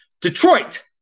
Detroit